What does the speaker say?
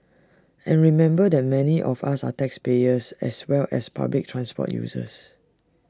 and remember that many of us are taxpayers as well as public transport users